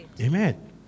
Amen